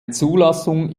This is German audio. zulassung